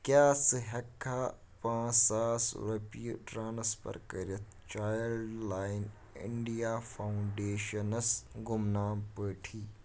کیٛاہ ژٕ ہیٚککھا پانٛژھ ساس رۄپیہِ ٹرانسفر کٔرِتھ چایِلڈ لایِن اِنٛڈیا فاوُنٛڈیشنَس گُمنام پٲٹھی